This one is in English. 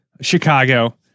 Chicago